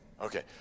Okay